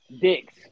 dicks